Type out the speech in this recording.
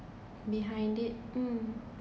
behind it mm